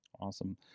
Awesome